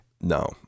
No